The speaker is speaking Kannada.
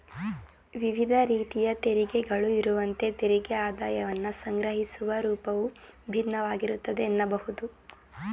ವಿವಿಧ ರೀತಿಯ ತೆರಿಗೆಗಳು ಇರುವಂತೆ ತೆರಿಗೆ ಆದಾಯವನ್ನ ಸಂಗ್ರಹಿಸುವ ರೂಪವು ಭಿನ್ನವಾಗಿರುತ್ತೆ ಎನ್ನಬಹುದು